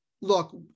look